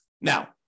Now